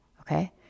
okay